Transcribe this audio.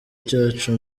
cyacu